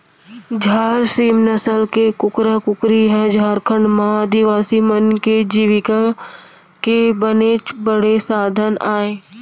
झार सीम नसल के कुकरा कुकरी ह झारखंड म आदिवासी मन के जीविका के बनेच बड़े साधन अय